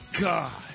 God